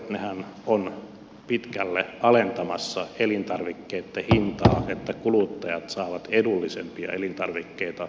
nehän ovat pitkälle alentamassa elintarvikkeitten hintaa että kuluttajat saavat edullisempia elintarvikkeita